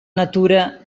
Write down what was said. natura